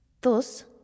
Thus